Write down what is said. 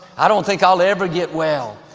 i don't think i'll ever get well.